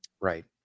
Right